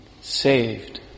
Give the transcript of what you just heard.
saved